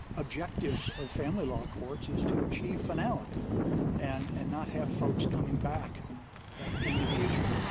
objectives of family law courts is to achieve finality and and not have folks coming back in the future.